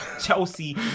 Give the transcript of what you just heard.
Chelsea